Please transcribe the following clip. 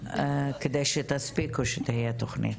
כדי שתספיקו שתהיה תכנית,